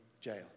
jail